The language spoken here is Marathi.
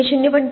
हे 0